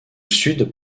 sud